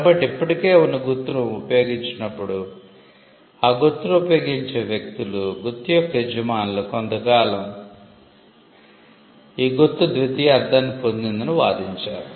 కాబట్టి ఇప్పటికే ఉన్న గుర్తును ఉపయోగించినప్పుడు ఆ గుర్తును ఉపయోగించే వ్యక్తులు గుర్తు యొక్క యజమానులు కొంతకాలం ఈ గుర్తు ద్వితీయ అర్ధాన్ని పొందిందని వాదించారు